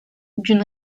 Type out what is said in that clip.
d’une